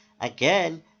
again